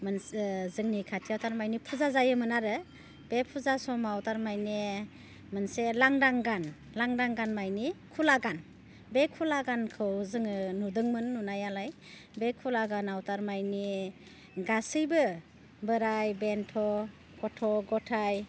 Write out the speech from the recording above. मोनसे जोंनि खाथियाव थारमाने फुजा जायोमोन आरो बे फुजा समाव थारमाने मोनसे लांदां गान लानदां गान माने खुला गान बे खुला गानखौ जोङो नुदोंमोन नुनायालाय बे खुला गानआव थारमाने गासैबो बोराइ बेन्थ गथ' गथाइ